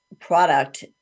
product